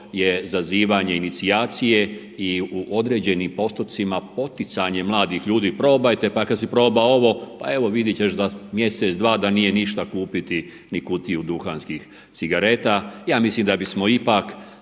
je zazivanje inicijacije i u određenim postotcima poticanje mladih ljudi. Probajte, pa kad se proba ovo, pa evo vidjet ćeš za mjesec, dva da nije ništa kupiti ni kutiju duhanskih cigareta. Ja mislim da bismo ipak